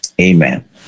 Amen